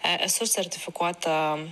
e esu sertifikuota